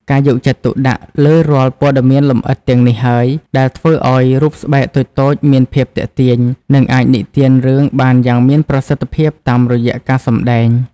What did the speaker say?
ការយកចិត្តទុកដាក់លើរាល់ព័ត៌មានលម្អិតទាំងនេះហើយ ដែលធ្វើឱ្យរូបស្បែកតូចៗមានភាពទាក់ទាញ និងអាចនិទានរឿងបានយ៉ាងមានប្រសិទ្ធភាពតាមរយៈការសម្ដែង។